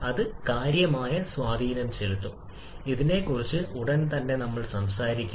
അത് കാര്യമായ സ്വാധീനം ചെലുത്തും ഇതിനെക്കുറിച്ച് ഉടൻ തന്നെ നമ്മൾ സംസാരിക്കും